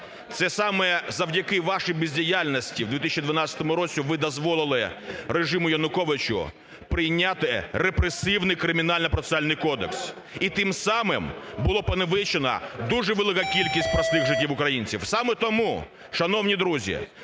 це саме завдяки вашій бездіяльності в 2012 році ви дозволили режиму Януковича прийняти репресивний Кримінально-процесуальний кодекс і тим самим було понівечено дуже велика кількість простих життів українців. Саме тому, шановні друзі,